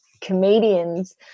comedians